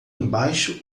embaixo